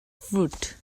fruit